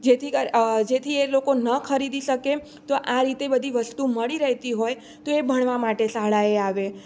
જેથી જેથી એ લોકો ન ખરીદી શકે તો આ રીતે બધી વસ્તુ મળી રહેતી હોય તો એ ભણવા માટે શાળાએ આવે